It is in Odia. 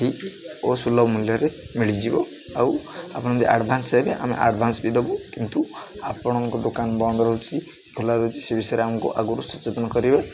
ଠିକ୍ ଓ ସୁଲଭ ମୂଲ୍ୟରେ ମିଳିଯିବ ଆଉ ଆପଣ ଯଦି ଆଡ଼ଭାନ୍ସ ଦେବେ ଆମେ ଆଡ଼ଭାନ୍ସ ବି ଦବୁ କିନ୍ତୁ ଆପଣଙ୍କ ଦୋକାନ ବନ୍ଦ ରହୁଛି ଖୋଲା ରହୁଛି ସେ ବିଷୟରେ ଆମକୁ ଆଗରୁ ସଚେତନ କରିବେ